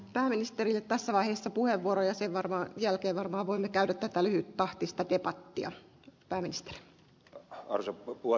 pääministeri ja tasaista puheenvuoroja sen varmaa jälkeä varmaan voi käydä tätä lyhyttahtista debattia kallistele arvoisa puhemies